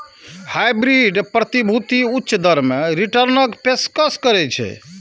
hybrid प्रतिभूति उच्च दर मे रिटर्नक पेशकश करै छै